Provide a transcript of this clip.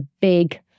big